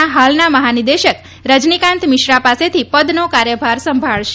ના હાલના મહાનિદેશક રજનીકાંત મિશ્રા પાસેથી પદનો કાર્યભાર સંભાળશે